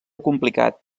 complicat